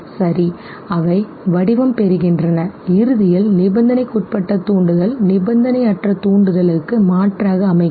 சரி அவை வடிவம் பெறுகின்றன இறுதியில் நிபந்தனைக்குட்பட்ட தூண்டுதல் நிபந்தனையற்ற தூண்டுதலுக்கு மாற்றாக அமைகிறது